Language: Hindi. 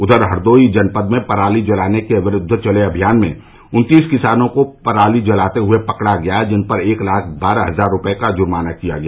उधर हरदोई जनपद में पराली जलाने के विरूद्व चले अभियान में उन्तीस किसानों को पराली जलाते हुए पकड़ा गया जिन पर एक लाख बारह हजार रूपये का जर्माना किया गया